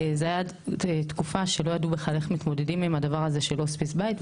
זו הייתה תקופה שלא ידעו בכלל איך מתמודדים עם הדבר הזה של הוספיס בית,